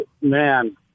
man